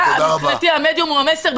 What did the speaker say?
מבחינתי המדיום הוא המסר.